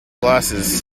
glasses